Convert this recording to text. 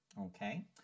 Okay